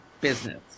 business